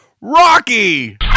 Rocky